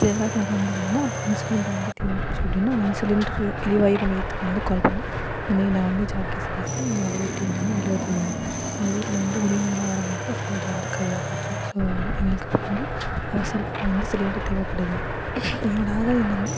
வீட்டில் எல்லாரும் வராங்க அப்படின்னா இப்போது வந்து சிலிண்டர் வந்து தீர்ந்து போச்சு அப்படின்னா நான் வந்து சிலிண்டர் எரிவாயு உதவி மையத்துக்கு வந்து கால் பண்ணி இந்த மாதிரி நான் வந்து பேசுறேன் என்னோடய வீட்டு எண் வந்து இருவத்திரெண்டு எங்கள் வீட்டில் வந்து உறவினர்களெலாம் வர நேரத்தில் சிலிண்டர் வந்து காலியாக போச்சு ஸோ எங்களுக்கு இப்போ வந்து அவசரமாக வந்து சிலிண்டர் தேவைப்படுது என்னோடய ஆதார் எண் வந்து